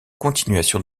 continuation